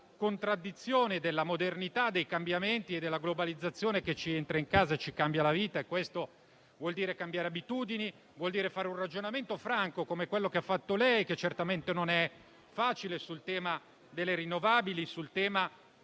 contraddizioni della modernità, dei cambiamenti e della globalizzazione che ci entra in casa e ci cambia la vita. Questo vuol dire cambiare abitudini e fare un ragionamento franco, come quello che ha fatto lei, che certamente non è facile, sul tema delle rinnovabili e